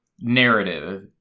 narrative